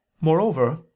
Moreover